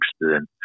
interested